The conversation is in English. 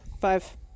Five